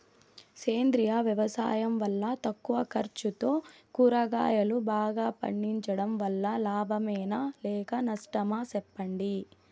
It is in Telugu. సేంద్రియ వ్యవసాయం వల్ల తక్కువ ఖర్చుతో కూరగాయలు బాగా పండించడం వల్ల లాభమేనా లేక నష్టమా సెప్పండి